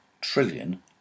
trillion